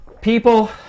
people